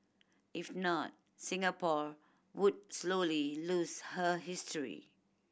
if not Singapore would slowly lose her history